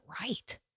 right